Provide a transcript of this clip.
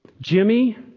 Jimmy